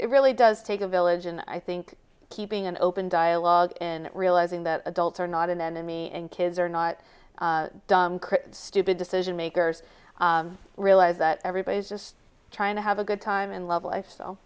it really does take a village and i think keeping an open dialogue and realizing that adults are not an enemy and kids are not stupid decision makers realize that everybody is just trying to have a good time and love life so